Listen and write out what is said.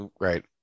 right